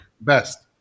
Best